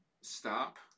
Stop